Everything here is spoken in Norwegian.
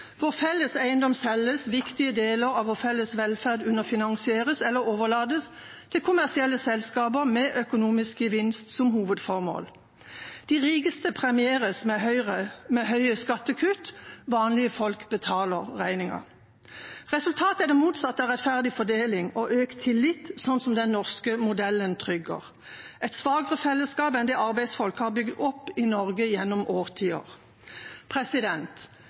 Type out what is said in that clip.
vår felles eiendom selges, viktige deler av vår felles velferd underfinansieres eller overlates til kommersielle selskaper med økonomisk gevinst som hovedformål. De rikeste premieres med høye skattekutt, vanlige folk betaler regningen. Resultatet er det motsatte av rettferdig fordeling og økt tillit, som den norske modellen trygger, et svakere fellesskap enn det arbeidsfolk har bygd opp i Norge gjennom